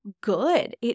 good